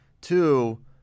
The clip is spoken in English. Two